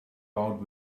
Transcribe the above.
out